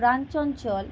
প্রাণচঞ্চল